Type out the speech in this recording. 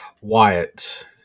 Wyatt